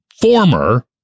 former